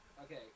Okay